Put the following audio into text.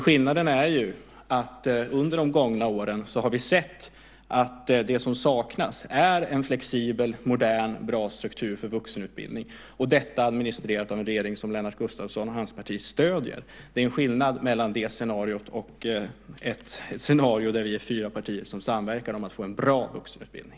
Skillnaden är att vi under de gångna åren har sett att det som saknas är en flexibel, modern, bra struktur för vuxenutbildning administrerat av en regering som Lennart Gustavsson och hans parti stöder. Det är skillnad mellan det scenariot och ett scenario där vi är fyra partier som samverkar om att få en bra vuxenutbildning.